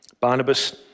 Barnabas